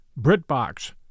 BritBox